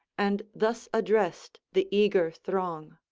and thus addressed the eager throng